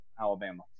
Alabama